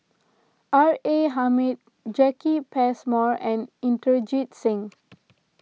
R A Hamid Jacki Passmore and Inderjit Singh